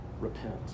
Repent